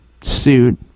suit